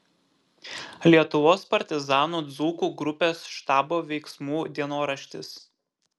lietuvos partizanų dzūkų grupės štabo veiksmų dienoraštis